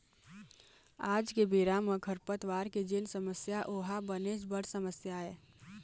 आज के बेरा म खरपतवार के जेन समस्या ओहा बनेच बड़ समस्या आय